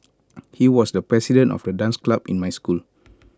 he was the president of the dance club in my school